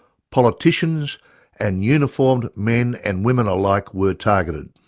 politicians and uniformed men and women alike were targeted.